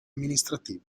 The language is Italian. amministrativi